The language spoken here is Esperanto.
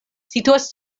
situas